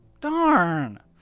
Darn